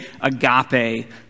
agape